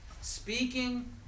Speaking